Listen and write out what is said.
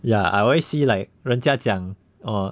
ya I always see like 人家讲哦